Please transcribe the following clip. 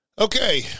Okay